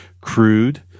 crude